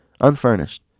Unfurnished